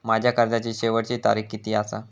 माझ्या कर्जाची शेवटची तारीख किती आसा?